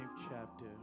chapter